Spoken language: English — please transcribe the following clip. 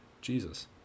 Jesus